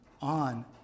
on